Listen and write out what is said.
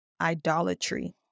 idolatry